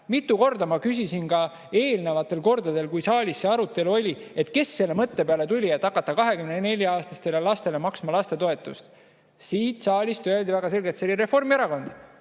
Mitu korda küsisin ka eelnevatel kordadel, kui saalis see arutelu oli, kes selle mõtte peale tuli, et hakata 24-aastastele lastele maksma lastetoetust. Siit saalist öeldi väga selgelt, et see oli Reformierakond.